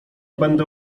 będę